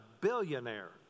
billionaire